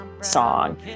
song